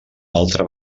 altra